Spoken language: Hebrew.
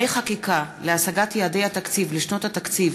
חקיקה להשגת יעדי התקציב לשנות התקציב